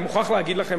אני מוכרח להגיד לכם,